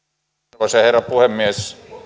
arvoisa herra puhemies